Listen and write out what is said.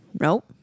Nope